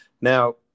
Now